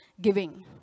giving